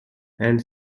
and